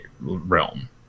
realm